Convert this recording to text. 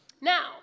Now